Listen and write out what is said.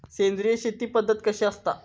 सेंद्रिय शेती पद्धत कशी असता?